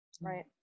Right